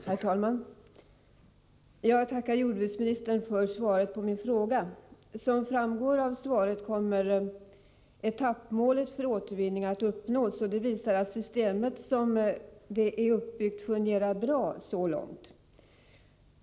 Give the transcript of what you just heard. Herr talman! Jag tackar jordbruksministern för svaret på min fråga. Som framgår av svaret kommer etappmålet för återvinning att uppnås, och det visar att systemet som det nu är uppbyggt fungerar bra.